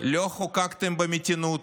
לא חוקקתם במתינות,